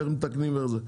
ואיך מתקנים ואיך זה.